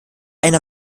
einer